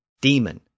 demon